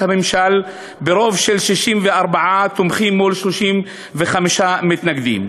הממשל ברוב של 64 תומכים מול 35 מתנגדים.